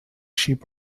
sheep